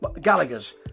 Gallagher's